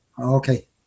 okay